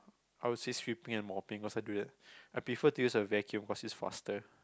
I would say sweeping and mopping I prefer to use a vacuum cause it's faster